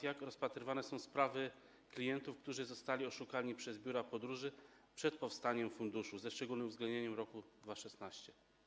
Jak rozpatrywane są sprawy klientów, którzy zostali oszukani przez biura podróży, zanim powstał ten fundusz, ze szczególnym uwzględnieniem roku 2016?